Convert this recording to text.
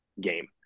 game